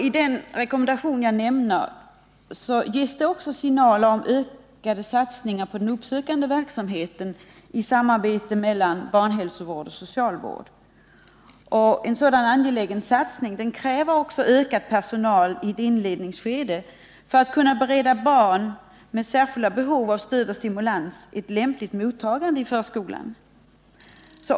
I den rekommendation jag nyss nämnde ges det också signaler om ökade satsningar på den uppsökande verksamheten i samarbete mellan barnhälsovård och socialvård. En sådan angelägen satsning kräver också ökad personal i inledningsskedet, för att man skall kunna bereda barn med särskilda behov av stöd och stimulans ett lämpligt mottagande i förskolan.